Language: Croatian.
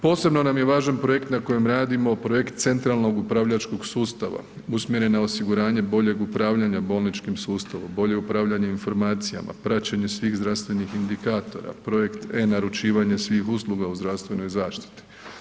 Posebno nam je važan projekt na kojem radimo, projekt centralnog upravljačkog sustava usmjeren na osiguranje boljeg upravljanja bolničkim sustavom, bolje upravljanje informacijama, praćenje svih zdravstvenih indikatora, projekt e-naručivanje svih usluga u zdravstvenoj zaštiti.